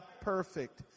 perfect